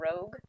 Rogue